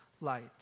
light